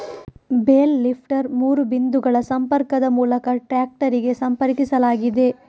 bale lifter ಮೂರು ಬಿಂದುಗಳ ಸಂಪರ್ಕದ ಮೂಲಕ ಟ್ರಾಕ್ಟರಿಗೆ ಸಂಪರ್ಕಿಸಲಾಗಿದೆ